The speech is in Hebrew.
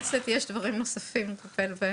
לחבר הכנסת יש דברים נוספים כאלו.